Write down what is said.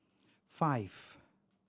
five